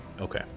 Okay